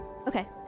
Okay